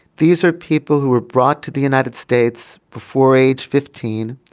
these are people who were brought to the united states before age fifteen.